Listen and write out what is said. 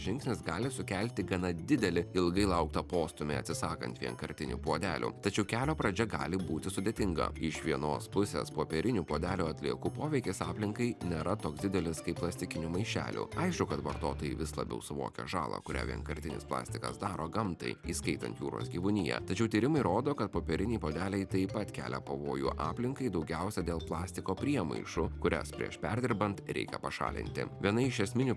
žingsnis gali sukelti gana didelį ilgai lauktą postūmį atsisakant vienkartinių puodelių tačiau kelio pradžia gali būti sudėtinga iš vienos pusės popierinių puodelių atliekų poveikis aplinkai nėra toks didelis kaip plastikinių maišelių aišku kad vartotojai vis labiau suvokia žalą kurią vienkartinis plastikas daro gamtai įskaitant jūros gyvūniją tačiau tyrimai rodo kad popieriniai puodeliai taip pat kelia pavojų aplinkai daugiausia dėl plastiko priemaišų kurias prieš perdirbant reikia pašalinti viena iš esminių